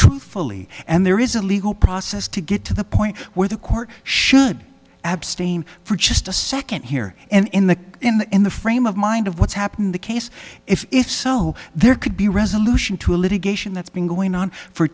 truthfully and there is a legal process to get to the point where the court should abstain for just a second here and in the in the in the frame of mind of what's happened the case if if so there could be resolution to a litigation that's been going on for